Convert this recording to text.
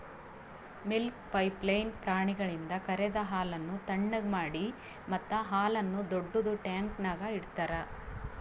milk pipeline ಪ್ರಾಣಿಗಳಿಂದ ಕರೆದ ಹಾಲನ್ನು ಥಣ್ಣಗ್ ಮಾಡಿ ಮತ್ತ ಹಾಲನ್ನು ದೊಡ್ಡುದ ಟ್ಯಾಂಕ್ನ್ಯಾಗ್ ಇಡ್ತಾರ